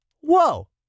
Whoa